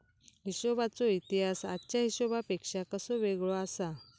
हिशोबाचो इतिहास आजच्या हिशेबापेक्षा कसो वेगळो आसा?